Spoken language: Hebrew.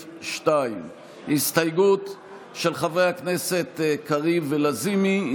2. הסתייגות של חברי הכנסת קריב ולזימי,